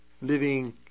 living